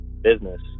business